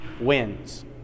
wins